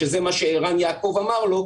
שזה מה שערן יעקב אמר לו,